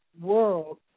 world